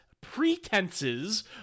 pretenses